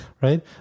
right